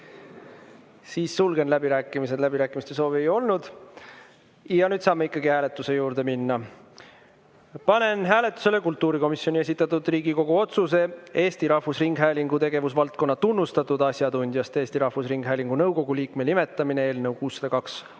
Siis sulgen läbirääkimised, läbirääkimiste soovi ei olnud. Nüüd saame ikkagi hääletuse juurde minna. Panen hääletusele kultuurikomisjoni esitatud Riigikogu otsuse "Eesti Rahvusringhäälingu tegevusvaldkonna tunnustatud asjatundjast Eesti Rahvusringhäälingu nõukogu liikme nimetamine" eelnõu 602.